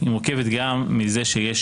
היא מורכבת גם מזה שיש